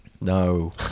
No